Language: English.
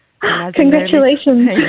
Congratulations